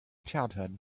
childhood